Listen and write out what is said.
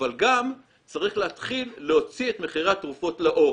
אבל גם צריך להתחיל להוציא את מחירי התרופות לאור,